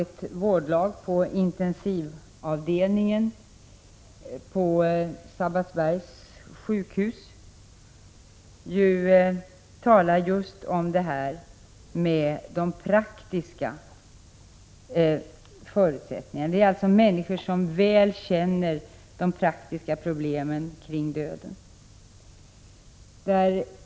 Ett vårdlag på intensivavdelningen på Sabbatsbergs sjukhus talar om de praktiska förutsättningarna. De är alltså människor som väl känner de praktiska problemen kring döden.